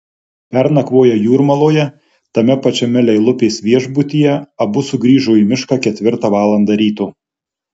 pernakvoję jūrmaloje tame pačiame lielupės viešbutyje abu sugrįžo į mišką ketvirtą valandą ryto